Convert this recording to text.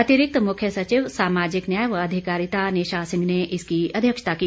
अतिरिक्त मुख्य सचिव सामाजिक न्याय व अधिकारिता निशा सिंह ने इसकी अध्यक्षता की